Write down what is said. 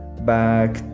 back